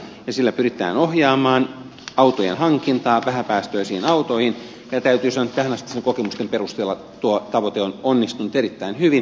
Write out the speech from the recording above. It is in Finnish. sillä pyritään ohjaamaan autojen hankintaa vähäpäästöisiin autoihin ja täytyy sanoa että tähänastisten kokemusten perusteella tuo tavoite on onnistunut erittäin hyvin